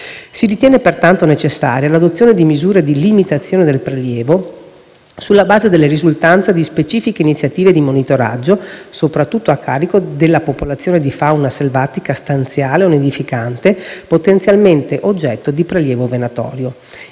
Si ritiene pertanto necessaria l'adozione di misure di limitazione del prelievo sulla base delle risultanze di specifiche iniziative di monitoraggio soprattutto a carico delle popolazioni di fauna selvatica stanziale o nidificante, potenzialmente oggetto di prelievo venatorio.